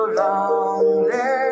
lonely